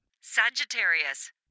Sagittarius